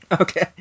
Okay